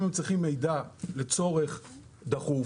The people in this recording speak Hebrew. אם הם צריכים מידע לצורך דחוף,